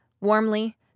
Warmly